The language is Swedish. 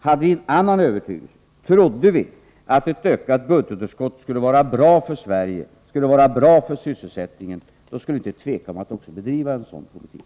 Hade vi en annan övertygelse, trodde vi att ett ökat budgetunderskott skulle vara bra för Sverige, bra för sysselsättningen, skulle vi inte tveka om att också bedriva en sådan politik.